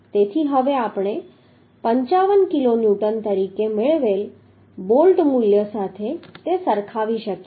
તેથી હવે આપણે 55 કિલોન્યુટન તરીકે મેળવેલ બોલ્ટ મૂલ્ય સાથે તે સરખાવી શકીએ